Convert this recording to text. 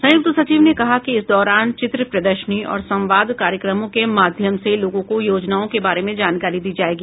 संयुक्त सचिव ने कहा कि इस दौरान चित्र प्रदर्शनी और संवाद कार्यक्रमों के माध्यम से लोगों को योजनाओं के बारे में जानकारी दी जायेगी